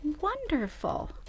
wonderful